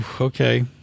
okay